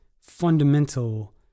fundamental